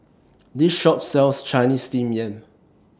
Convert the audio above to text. This Shop sells Chinese Steamed Yam